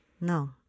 No